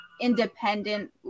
independent